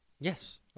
Yes